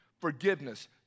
forgiveness